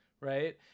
right